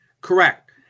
Correct